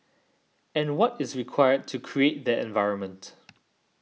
and what is required to create that environment